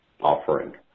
offering